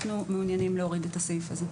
אנחנו מעוניינים להוריד את הסעיף הזה.